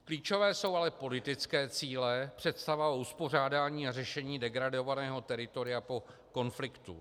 Klíčové jsou ale politické cíle, představa o uspořádání a řešení degradovaného teritoria po konfliktu.